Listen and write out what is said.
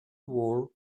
war